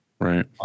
Right